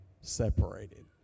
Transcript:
separated